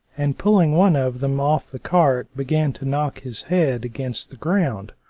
and pulling one of them off the cart, began to knock his head against the ground.